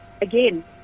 again